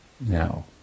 now